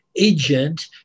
agent